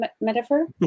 metaphor